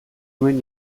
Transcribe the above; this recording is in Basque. nuen